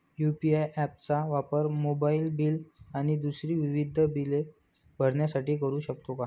UPI app चा वापर mobile bill आणि दुसरी विविध बिले भरण्यासाठी करू शकतो का?